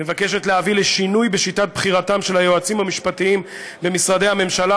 מבקשת להביא לשינוי בשיטת בחירתם של היועצים המשפטיים במשרדי הממשלה